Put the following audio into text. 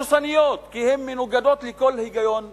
כי הן דורסניות ומנוגדות לכל היגיון בריא.